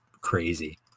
crazy